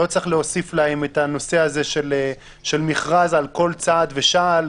לא צריך להוסיף להם את הנושא של מכרז על כל צעד ושעל,